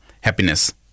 Happiness